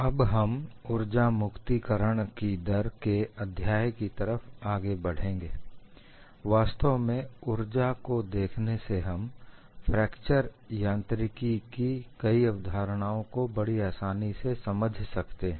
अब हम उर्जा मुक्तिकरण की दर के अध्याय की तरफ आगे बढ़ेंगें वास्तव में ऊर्जा को देखने से हम फ्रैक्चर यांत्रिकी की कई अवधारणाओं को बड़ी आसानी से समझ सकते हैं